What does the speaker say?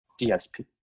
DSP